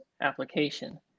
application